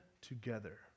together